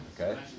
okay